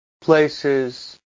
places